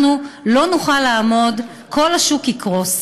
אנחנו לא נוכל לעמוד בזה, כל השוק יקרוס.